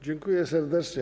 Dziękuję serdecznie.